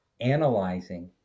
analyzing